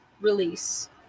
release